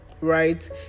right